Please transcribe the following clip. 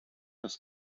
dass